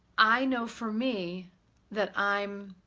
i know for me that i'm